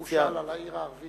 הוא שאל על העיר הערבית,